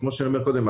כמו שאמרתי קודם,